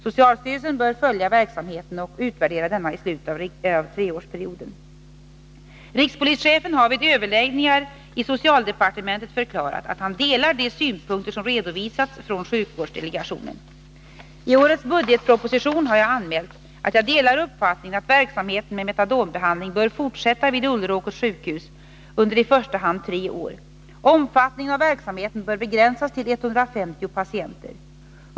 Socialstyrelsen bör följa verksamheten och utvärdera denna i slutet av treårsperioden. Rikspolischefen har vid överläggningar i socialdepartementet förklarat att han delar de synpunkter som redovisats från sjukvårdsdelegationen. I årets budgetproposition har jag anmält att jag delar uppfattningen att verksamheten med metadonbehandling bör fortsätta vid Ulleråkers sjukhus under i första hand tre år. Omfattningen av verksamheten bör begränsas till 150 patienter.